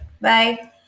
Bye